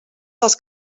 dels